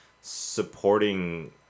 supporting